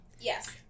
Yes